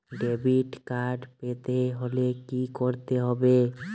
Debit card পেতে হলে কি করতে হবে?